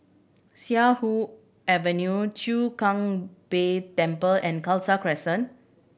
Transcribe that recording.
Siak Avenue Chwee Kang Beo Temple and Khalsa Crescent